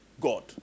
God